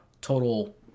total